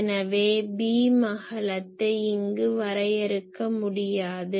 எனவே பீம் அகலத்தை இங்கு வரையறுக்க முடியாது